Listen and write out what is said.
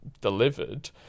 delivered